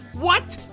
what!